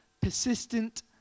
persistent